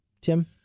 Tim